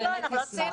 בואו באמת נשמח.